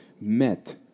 met